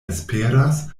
esperas